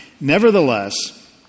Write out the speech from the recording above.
Nevertheless